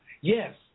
Yes